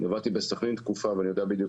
עבדתי בסכנין תקופה ואני יודע בדיוק